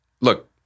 look